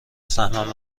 سهمم